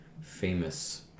famous